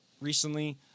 recently